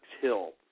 Hill